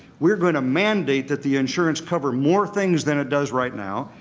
we're going to mandate that the insurance cover more things than it does right now,